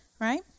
Right